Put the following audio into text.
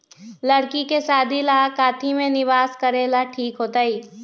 लड़की के शादी ला काथी में निवेस करेला ठीक होतई?